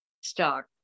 stock